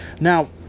Now